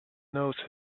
nose